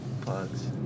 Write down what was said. plugs